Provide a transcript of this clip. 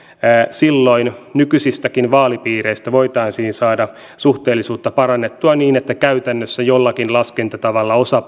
silloin nykyisissäkin vaalipiireissä voitaisiin saada suhteellisuutta parannettua niin että käytännössä jollakin laskentatavalla osa